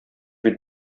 бит